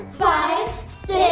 five,